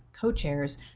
co-chairs